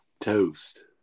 Toast